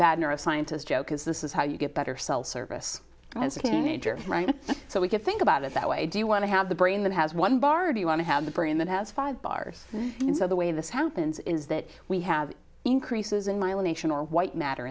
neuro scientist joke is this is how you get better cell service i was a teenager so we could think about it that way do you want to have the brain that has one bar or do you want to have the brain that has five bars and so the way this happens is that we have increases in mile a nation or white matter